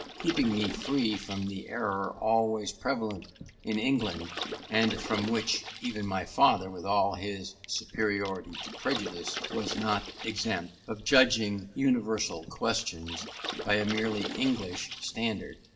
keeping me free from the error always prevalent in england and from which even my father, with all his superiority to prejudice, was not exempt of judging universal questions by a merely english standard.